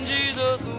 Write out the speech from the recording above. Jesus